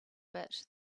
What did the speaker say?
bit